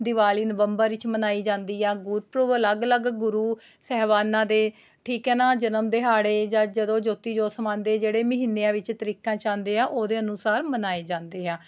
Diwali November ਵਿੱਚ ਮਨਾਈ ਜਾਂਦੀ ਆ ਗੁਰਪੁਰਬ ਅਲੱਗ ਅਲੱਗ ਗੁਰੂ ਸਹਿਬਾਨਾਂ ਦੇ ਠੀਕ ਹੈ ਨਾ ਜਨਮ ਦਿਹਾੜੇ ਜਾਂ ਜਦੋਂ ਜੋਤੀ ਜੋਤ ਸਮਾਉਂਦੇ ਜਿਹੜੇ ਮਹੀਨਿਆਂ ਵਿੱਚ ਤਰੀਕਾਂ ਵਿੱਚ ਆਉਂਦੇ ਆ ਉਹਦੇ ਅਨੁਸਾਰ ਮਨਾਏ ਜਾਂਦੇ ਆ